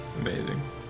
Amazing